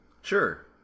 Sure